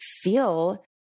feel